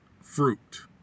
fruit